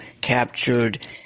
captured